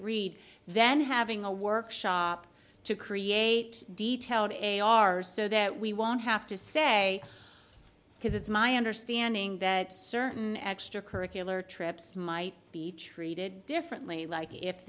read then having a workshop to create detailed a r s so that we won't have to say because it's my understanding that certain extra curricular trips might be treated differently like if